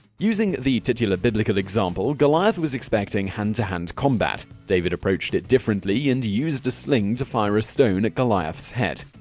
using the titular biblical example, goliath was expecting hand-to-hand combat. david approached it differently and used a sling to fire a stone at goliath's head.